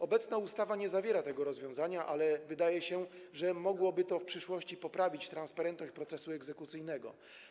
Obecna ustawa nie zawiera tego rozwiązania, ale wydaje się, że mogłoby to w przyszłości poprawić transparentność procesu egzekucyjnego.